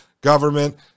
government